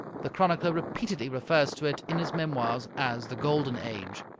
the chronicler repeatedly refers to it in his memoirs as the golden age.